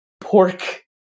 pork